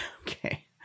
Okay